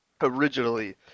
originally